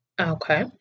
Okay